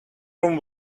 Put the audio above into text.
room